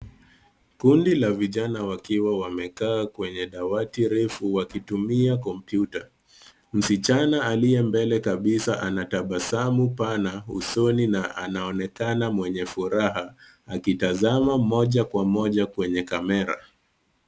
Kundi la vijana wakiwa wamekaa kwenye dawati refu wakitumia kompyuta msichana aliyembele kabisa anatabasamu pana usoni na anaonekana mwenye furaha akitazama moja kwa moja kwenye kamera.